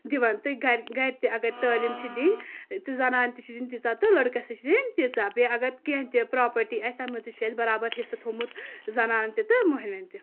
دِوان تہٕ گرِ گرِ تہِ اَگر تعلیٖم چھِ دِنۍ تہٕ زَنانہِ تہِ چھِ دِنۍ تیٖژہ تہٕ لڑکس تہِ چھِ دِنۍ تیٖژہ بیٚیہِ اَگر کیٚنٛہہ تہِ پراپرٹی آسہِ تَتھ منٛز تہِ چھُ اَسہِ برابر حِصہٕ تھوٚومُت زَنانن تہِ تہٕ مٔہنویٚن تہِ